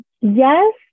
yes